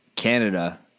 canada